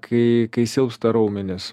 kai kai silpsta raumenys